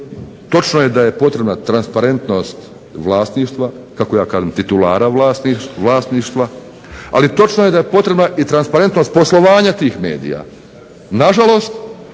Točno je da je potrebna transparentnost vlasništva, kako ja kažem titulara vlasništva, ali točno je da je potrebna i transparentnost poslovanja tih medija. Nažalost,